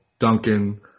Duncan